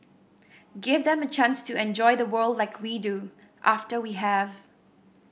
give them a chance to enjoy the world like we do after we have